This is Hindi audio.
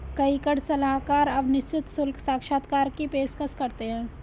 कई कर सलाहकार अब निश्चित शुल्क साक्षात्कार की पेशकश करते हैं